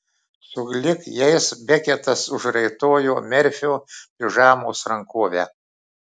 sulig jais beketas užraitojo merfio pižamos rankovę